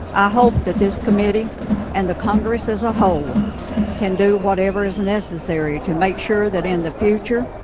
i hope that this committee and the congress as a whole can do whatever is necessary to make sure that in the future,